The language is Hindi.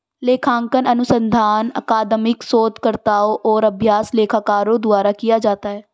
लेखांकन अनुसंधान अकादमिक शोधकर्ताओं और अभ्यास लेखाकारों द्वारा किया जाता है